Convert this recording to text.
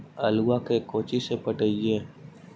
आलुआ के कोचि से पटाइए?